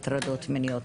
הטרדות מיניות.